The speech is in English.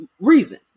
reason